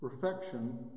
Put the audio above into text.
Perfection